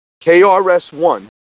KRS-One